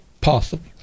possible